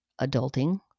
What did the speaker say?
adulting